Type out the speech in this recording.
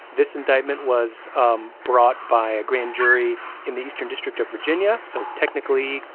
this indictment was um brought by a grand jury in the eastern district of virginia. so technically,